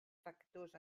factors